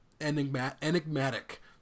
enigmatic